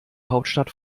hauptstadt